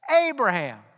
Abraham